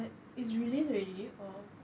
but it's release already or